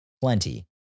plenty